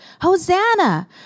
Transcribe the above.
Hosanna